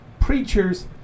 preachers